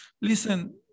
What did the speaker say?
listen